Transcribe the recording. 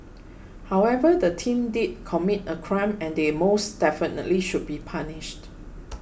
however the team did commit a crime and they most definitely should be punished